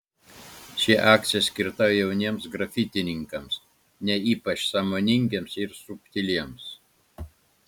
ši akcija skirta jauniems grafitininkams ne ypač sąmoningiems ir subtiliems